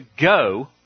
go